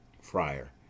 FRIAR